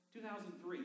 2003